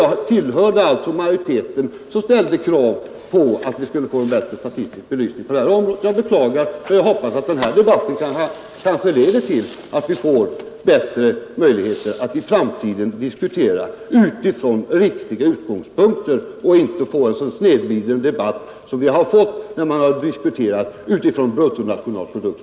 Jag tillhörde alltså majoriteten som ställde krav på att vi skulle få en bättre statistisk belysning på detta område. Jag beklagar att så inte blivit fallet men hoppas att denna debatt kan leda till att vi får bättre möjligheter att i framtiden diskutera utifrån riktiga utgångspunkter och inte få en så snedvriden debatt som vi haft när vi har diskuterat utifrån begreppet bruttonationalprodukt.